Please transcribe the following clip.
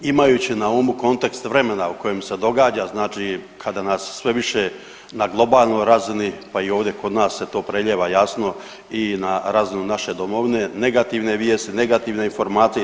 Imajući na umu kontekst vremena u kojem se događa, znači kada nas sve više na globalnoj razini, pa i ovdje kod nas se to prelijeva jasno i na razinu naše Domovine negativne vijesti, negativne informacije.